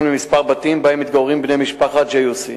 לכמה בתים שבהם מתגוררים בני משפחת ג'יוסי.